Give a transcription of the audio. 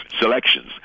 Selections